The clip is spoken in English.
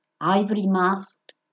Ivory-masked